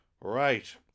Right